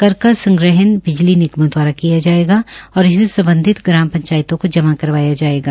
कर का संग्रहण बिजली निगमों दवारा किया जायेगा और इसे संम्बधित ग्राम पंचायतों को जमा करवाया जायेगा